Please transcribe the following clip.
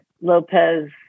Lopez